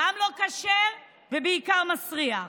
גם לא כשר, ובעיקר, מסריח.